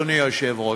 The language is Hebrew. אדוני היושב-ראש,